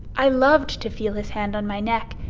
i loved to feel his hand on my neck,